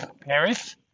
paris